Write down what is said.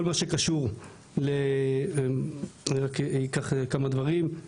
כל מה שקשור, ככה כמה דברים.